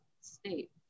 state